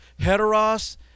heteros